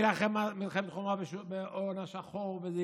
נילחם מלחמת חורמה בהון השחור" וזה